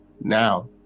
now